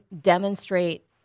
demonstrate